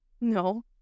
No